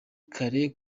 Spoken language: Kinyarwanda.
kare